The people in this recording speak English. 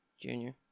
Junior